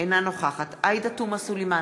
אינה נוכחת עאידה תומא סלימאן,